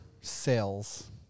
sales